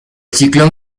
ciclón